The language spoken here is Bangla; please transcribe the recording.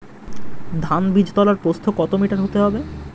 ধান বীজতলার প্রস্থ কত মিটার হতে হবে?